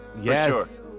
Yes